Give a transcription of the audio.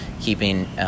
keeping